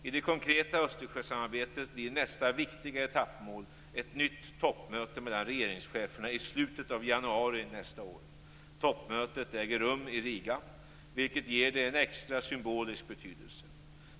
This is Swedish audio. I det konkreta Östersjösamarbetet blir nästa viktiga etappmål ett nytt toppmöte mellan regeringscheferna i slutet av januari nästa år. Toppmötet äger rum i Riga, vilket ger det en extra symbolisk betydelse.